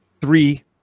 three